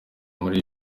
muri